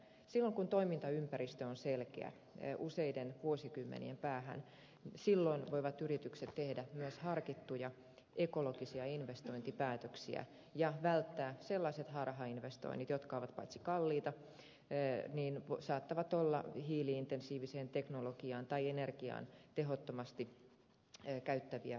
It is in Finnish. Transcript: silloin kun toimintaympäristö on selkeä useiden vuosikymmenien päähän silloin voivat yritykset tehdä myös harkittuja ekologisia investointipäätöksiä ja välttää sellaiset harhainvestoinnit jotka paitsi ovat kalliita myös saattavat olla hiili intensiivistä teknologiaa tai energiaa tehottomasti käyttäviä